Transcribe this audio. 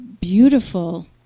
beautiful